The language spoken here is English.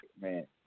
man